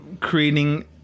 creating